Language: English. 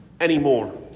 anymore